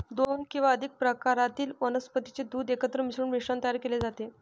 दोन किंवा अधिक प्रकारातील वनस्पतीचे दूध एकत्र मिसळून मिश्रण तयार केले जाते